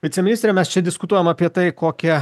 viceministre mes čia diskutuojam apie tai kokią